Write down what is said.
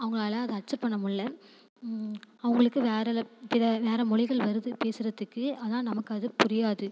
அவங்களால் அதை அக்செப்ட் பண்ண முடியல அவங்களுக்கு வேறே பிற வேறே மொழிகள் வருது பேசுகிறத்துக்கு ஆனால் நமக்கு அது புரியாது